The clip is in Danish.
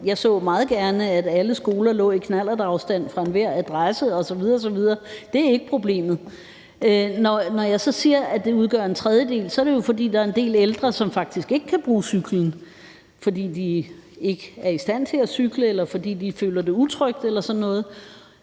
Jeg så meget gerne, at alle skoler lå i knallertafstand fra enhver adresse osv. osv. Det er ikke problemet. Når jeg så siger, at det udgør en tredjedel, er det jo, fordi en del ældre faktisk ikke kan bruge cyklen, fordi de ikke er i stand til at cykle, eller fordi de føler, at det er utrygt eller sådan noget.